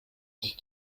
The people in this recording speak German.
sich